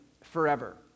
forever